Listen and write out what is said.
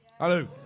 Hello